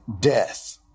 death